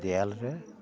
ᱫᱮᱣᱟᱞ ᱨᱮ